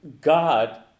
God